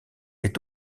est